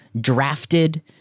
drafted